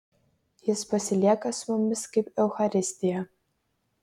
jis pasilieka su mumis kaip eucharistija